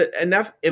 enough